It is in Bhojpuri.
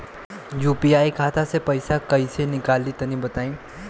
यू.पी.आई खाता से पइसा कइसे निकली तनि बताई?